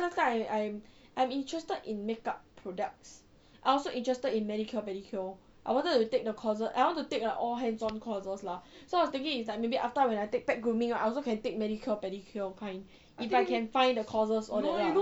last time I I'm interested in makeup products I also interested in manicure pedicure I wanted to take the courses I want to take all hands on courses lah so I was thinking if like maybe after when I take pet grooming I also can take manicure pedicure kind if I can find the courses all that lah